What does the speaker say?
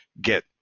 get